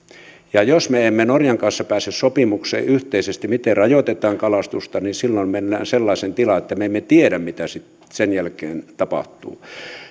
puolelta jos me emme norjan kanssa pääse sopimukseen yhteisesti siitä miten rajoitetaan kalastusta niin silloin mennään sellaiseen tilaan että me emme tiedä mitä sen jälkeen tapahtuu